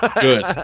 Good